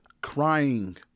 crying